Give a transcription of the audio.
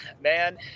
Man